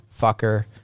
fucker